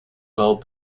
well